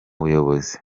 buyobozi